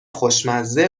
خوشمزه